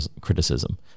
criticism